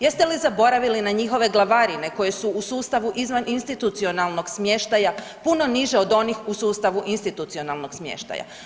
Jeste li zaboravili na njihove glavarine koje su u sustavu izvan institucionalnog smještaja puno niže od onih u sustavu institucionalnog smještaja?